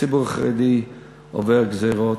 הציבור החרדי עובר גזירות,